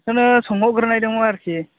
बेखौनो सोंहरग्रोनायदोंमोन आरोखि